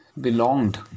belonged